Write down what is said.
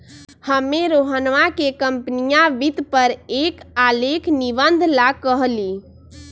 हम्मे रोहनवा के कंपनीया वित्त पर एक आलेख निबंध ला कहली